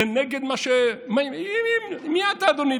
זה נגד מה, מי אתה, אדוני?